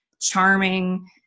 charming